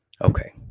Okay